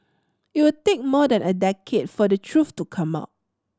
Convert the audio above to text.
it would take more than a decade for the truth to come out